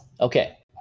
Okay